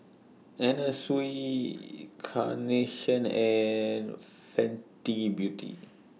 Anna Sui Carnation and Fenty Beauty